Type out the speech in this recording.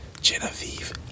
Genevieve